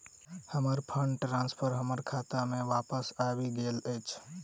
हमर fund transfer हमर खाता मे बापस आबि गइल अछि